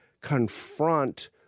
confront